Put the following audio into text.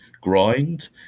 grind